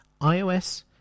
iOS